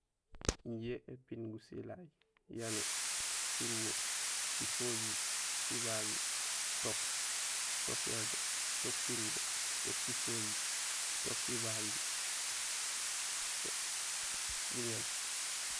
Injé épiin gusilay: yanuur, surubo, sifojiir, sibagiir, futook, futokk niyanuur, futook surubo, futook sifojiir, futokk sibagiir, guñéén.